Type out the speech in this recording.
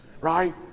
right